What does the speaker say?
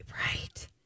Right